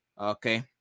Okay